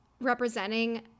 representing